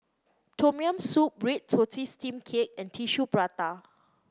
Tom Yam Soup Red Tortoise Steamed Cake and Tissue Prata